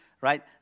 right